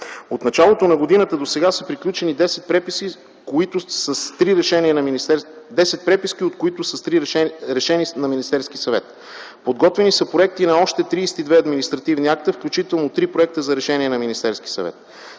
От началото на годината досега са приключени 10 преписки, от които 3 с решение на Министерския съвет. Подготвени са проекти на още 32 административни акта, включително 3 проекта за решение на Министерския съвет.